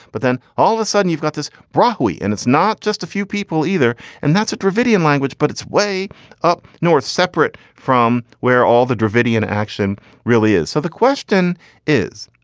but then all of a sudden you've got this broadway. and it's not just a few people either. and that's a dravidian language, but it's way up north, separate from where all the dravidian action really is. so the question is,